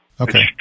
Okay